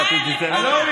למה?